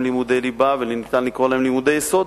לימודי ליבה וניתן לקרוא להם לימודי יסוד.